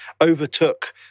overtook